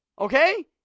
okay